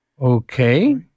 Okay